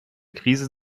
krise